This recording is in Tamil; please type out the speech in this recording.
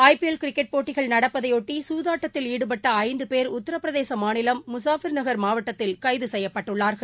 ஐபிஎல் கிரிக்கெட் போட்டிகள் நடப்பதைபொட்டி சூதாட்டத்தில் ஈடுபட்ட ஐந்து பேர் உத்தரப்பிரதேச மாநிலம் முஸஃபர்நகர் மாவட்டத்தில் கைது செய்யப்பட்டுள்ளார்கள்